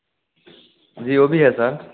जी वह भी है सर